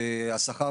כי השכר